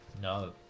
No